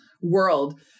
world